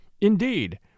Indeed